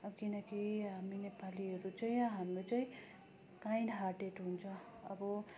अब किनकि हामी नेपालीहरू चाहिँ हाम्रो चाहिँ काइन्ड हार्टेड हुन्छ अब